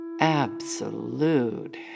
Absolute